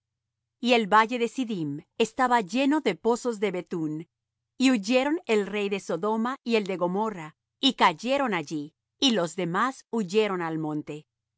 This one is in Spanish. y el valle de siddim estaba lleno de pozos de betún y huyeron el rey de sodoma y el de gomorra y cayeron allí y los demás huyeron al monte